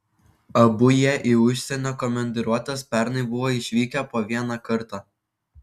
abu jie į užsienio komandiruotes pernai buvo išvykę po vieną kartą